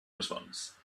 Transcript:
response